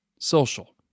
Social